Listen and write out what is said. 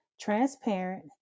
transparent